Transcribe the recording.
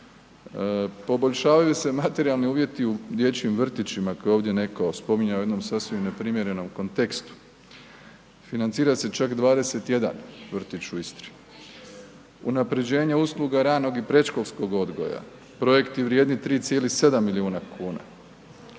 poboljšavaju se materijalni uvjeti u dječjim vrtićima koje je ovdje netko spominjao u jednom sasvim neprimjerenom kontekstu. Financira se čak 21 vrtić u Istri. Unapređenje usluga ranog i predškolskog odgoja, projekti vrijedni 3,7 milijuna kuna,